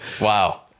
Wow